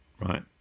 right